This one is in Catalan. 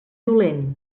dolent